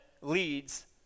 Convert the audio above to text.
leads